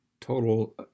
total